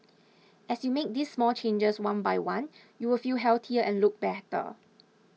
as you make these small changes one by one you will feel healthier and look better